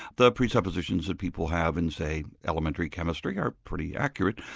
the presuppositions that people have in say, elementary chemistry are pretty accurate,